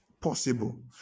possible